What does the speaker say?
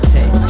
Hey